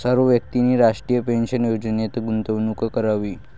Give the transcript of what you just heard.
सर्व व्यक्तींनी राष्ट्रीय पेन्शन योजनेत गुंतवणूक करावी